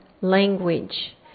language